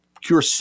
cure